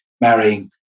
marrying